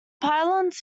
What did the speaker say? pylons